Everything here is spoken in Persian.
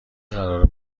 قرار